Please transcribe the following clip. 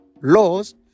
laws